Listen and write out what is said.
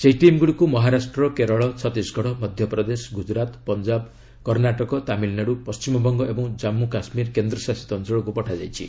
ସେହି ଟିମ୍ଗୁଡ଼ିକୁ ମହାରାଷ୍ଟ୍ର କେରଳ ଛତିଶଗଡ଼ ମଧ୍ୟପ୍ରଦେଶ ଗୁଜରାତ ପଞ୍ଜାବ କର୍ଣ୍ଣାଟକ ତାମିଲନାଡୁ ପଶ୍ଚିମବଙ୍ଗ ଓ ଜାନ୍ଗୁ କାଶ୍ମୀର କେନ୍ଦ୍ରଶାସିତ ଅଞ୍ଚଳକୁ ପଠାଯାଇଛି